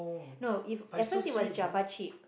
no if at first it was java chip